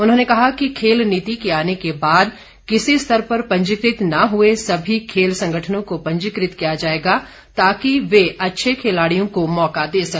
उन्होंने कहा कि खेल नीति आने के बाद किसी स्तर पर पंजीकृत न हुए सभी खेल संगठनों को पंजीकृत किया जाएगा तााकि वह अच्छे खिलाड़ियों को मौका दे सके